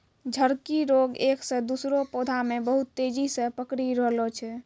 झड़की रोग एक से दुसरो पौधा मे बहुत तेजी से पकड़ी रहलो छै